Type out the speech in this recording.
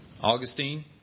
Augustine